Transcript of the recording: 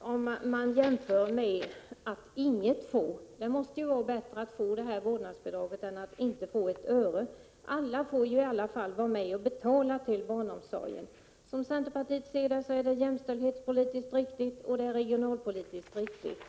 när man jämför med att inget få. Det måste vara bättre att få det här vårdnadsbidraget än att inte få ett öre. Alla måste i alla fall vara med och betala till barnomsorgen. Som centerpartiet ser det är vårt förslag både jämställdhetspolitiskt och regionalpolitiskt riktigt.